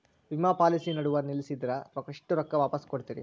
ವಿಮಾ ಪಾಲಿಸಿ ನಡುವ ನಿಲ್ಲಸಿದ್ರ ಎಷ್ಟ ರೊಕ್ಕ ವಾಪಸ್ ಕೊಡ್ತೇರಿ?